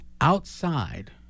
outside